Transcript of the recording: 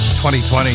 2020